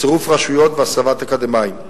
צירוף רשויות והסבת אקדמאים,